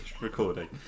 recording